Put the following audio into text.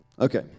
Okay